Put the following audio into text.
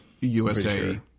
USA